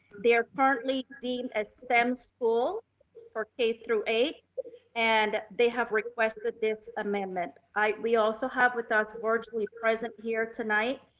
they're partly deemed as stem school for k through eight and they have requested this amendment. we also have with us virtually present here tonight,